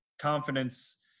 confidence